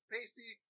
Pasty